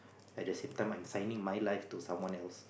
at the same time I'm signing my life to someone else